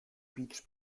beach